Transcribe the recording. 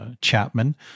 Chapman